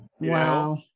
Wow